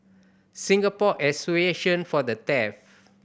Singapore Association For The Deaf